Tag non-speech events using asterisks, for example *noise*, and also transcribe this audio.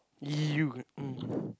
!eww! *noise*